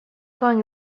going